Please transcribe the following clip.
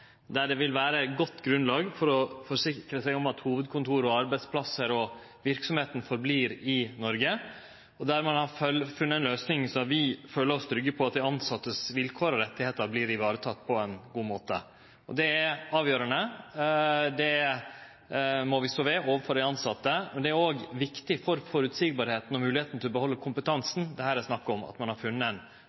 der det vil vere eit godt grunnlag for å forsikre seg om at hovudkontoret, arbeidsplassane og verksemda vert verande i Noreg, og der ein har funne ei løysing som gjer at vi føler oss trygge på at vilkåra og rettane til dei tilsette vert varetekne på ein god måte. Det er avgjerande, og det må vi stå ved overfor dei tilsette. Men at ein har funne ei god løysing for dei tilsette, er òg viktig for at det skal vere føreseieleg og mogleg å behalde kompetansen. Det